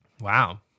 Wow